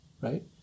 right